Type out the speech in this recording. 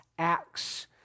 acts